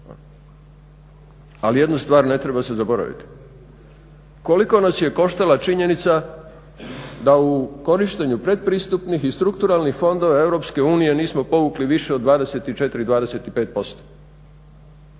Ali jednu stvar ne treba se zaboraviti. Koliko nas je koštala činjenica da u korištenju predpristupnih i strukturalnih fondova EU nismo povukli više od 24,25%.